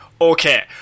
okay